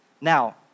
now